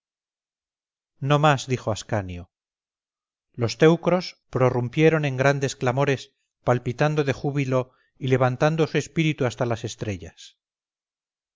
no más dijo ascanio los teucros prorrumpieron en grandes clamores palpitando de júbilo y levantando su espíritu hasta las estrellas